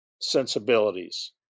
sensibilities